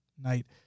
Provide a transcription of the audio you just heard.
night